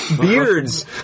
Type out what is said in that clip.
Beards